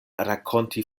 rakonti